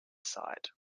site